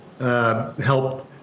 helped